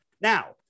Now